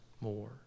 more